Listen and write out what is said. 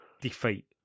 defeat